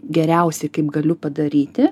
geriausiai kaip galiu padaryti